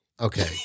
Okay